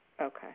Okay